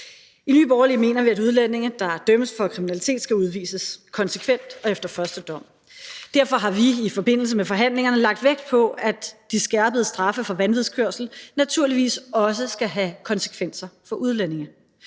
I Nye Borgerlige mener vi, at udlændinge, der dømmes for kriminalitet, skal udvises konsekvent og efter første dom. Derfor har vi i forbindelse med forhandlingerne lagt vægt på, at de skærpede straffe for vanvidskørsel naturligvis også skal have konsekvenser for udlændinge,